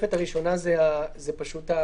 התוספת הראשונה, זאת ההצהרה.